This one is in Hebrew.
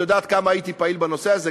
את יודעת כמה הייתי פעיל בנושא הזה,